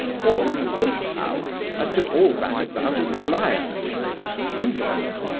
or in this house as to all that about aglaya and me, you know.